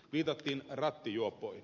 viitattiin rattijuoppoihin